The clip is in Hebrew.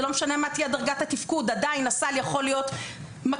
לא משנה מה תהיה דרגת התפקוד עדיין הסל יכול להיות מקסימלי,